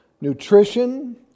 nutrition